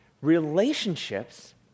relationships